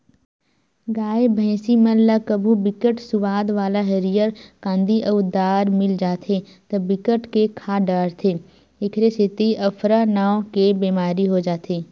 गाय, भइसी मन ल कभू बिकट सुवाद वाला हरियर कांदी अउ दार मिल जाथे त बिकट के खा डारथे एखरे सेती अफरा नांव के बेमारी हो जाथे